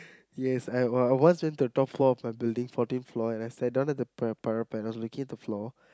yes I I was went to the top floor of my building fourteen floor and I sat down on the parapet looking at the floor